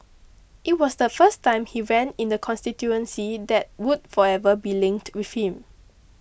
it was the first time he ran in the constituency that would forever be linked with him